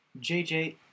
JJ